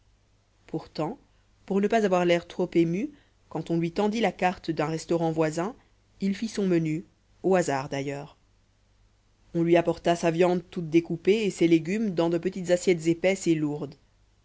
pourtant pour ne pas avoir l'air trop ému quand on lui tendit la carte d'un restaurant voisin il fit son menu au hasard d'ailleurs on lui apporta sa viande toute découpée et ses légumes dans de petites assiettes épaisses et lourdes